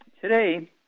today